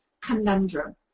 conundrum